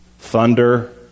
Thunder